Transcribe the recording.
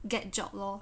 get job lor